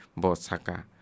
bosaka